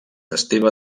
esteve